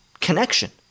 connection